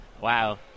Wow